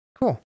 cool